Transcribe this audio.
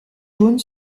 jaune